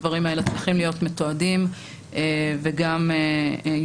הדברים האלה צריכים להיות מתועדים וגם יובאו